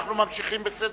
אנחנו ממשיכים בסדר-היום.